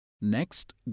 Next